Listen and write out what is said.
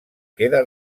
queda